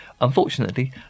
Unfortunately